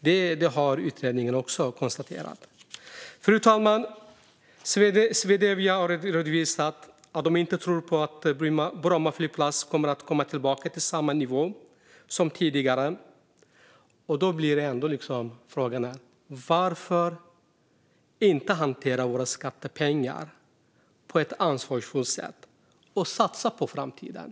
Det har utredningarna också konstaterat. Fru talman! Swedavia har redovisat att de inte tror att Bromma flygplats kommer att komma tillbaka till samma nivå som tidigare. Då blir frågan: Varför inte hantera våra skattepengar på ett ansvarsfullt sätt och satsa på framtiden?